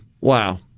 Wow